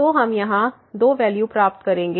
तो हम यहाँ 2 वैल्यू प्राप्त करेंगे